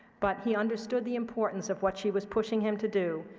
but he understood the importance of what she was pushing him to do,